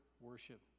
worship